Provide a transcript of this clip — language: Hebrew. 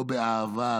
לא באהבה,